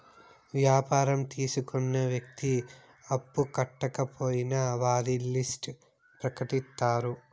వ్యాపారం తీసుకున్న వ్యక్తి అప్పు కట్టకపోయినా వారి లిస్ట్ ప్రకటిత్తారు